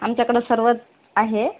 आमच्याकडं सर्वच आहे